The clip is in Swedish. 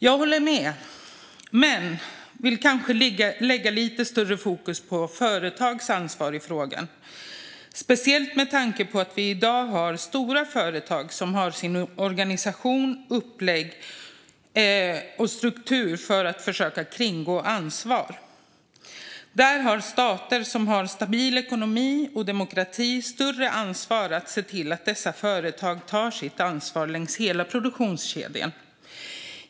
Jag håller med men vill kanske lägga lite större fokus på företags ansvar i frågan, speciellt med tanke på att vi i dag har stora företag som har organisation, upplägg och struktur för att försöka att kringgå ansvar. Stater som har stabil ekonomi och demokrati har större ansvar att se till att dessa företag tar sitt ansvar längs hela produktionskedjan.